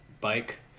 bike